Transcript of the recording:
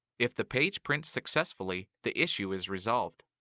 if the page prints successfully, the issue is resolved.